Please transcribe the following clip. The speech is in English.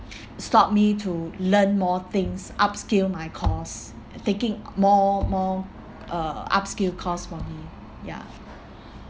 stop me to learn more things upskill my course taking more more uh upskill course for me ya